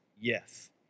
yes